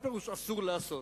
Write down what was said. מה פירוש אסור לעשות?